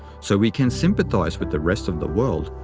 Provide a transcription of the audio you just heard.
so we can sympathize with the rest of the world,